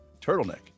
Turtleneck